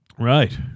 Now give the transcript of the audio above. Right